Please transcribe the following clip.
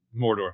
Mordor